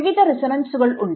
വിവിധ റിസോനൻസുകൾ ഉണ്ട്